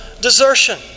desertion